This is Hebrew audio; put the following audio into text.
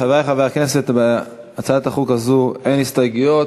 חברי חברי הכנסת, בהצעת החוק הזאת אין הסתייגויות,